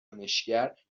کنشگر